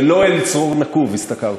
ולא אל צרור נקוב השתכרתי.